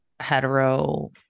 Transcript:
hetero